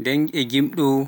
ndem mi laato ngimowoo.